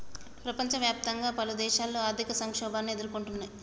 ప్రపంచవ్యాప్తంగా పలుదేశాలు ఆర్థిక సంక్షోభాన్ని ఎదుర్కొంటున్నయ్